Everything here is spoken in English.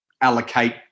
allocate